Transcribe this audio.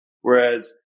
Whereas